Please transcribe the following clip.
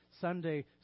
Sunday